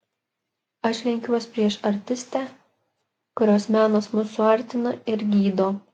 aš lenkiuos prieš artistę kurios menas mus suartina ir gydo